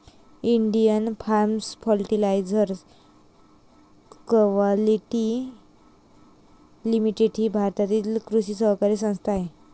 Indian farmers fertiliser quality limited ही भारताची कृषी सहकारी संस्था आहे